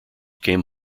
came